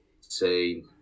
say –